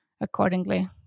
accordingly